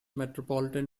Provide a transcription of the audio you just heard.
metropolitan